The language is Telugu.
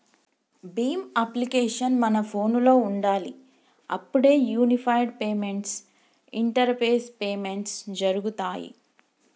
భీమ్ అప్లికేషన్ మన ఫోనులో ఉండాలి అప్పుడే యూనిఫైడ్ పేమెంట్స్ ఇంటరపేస్ పేమెంట్స్ జరుగుతాయ్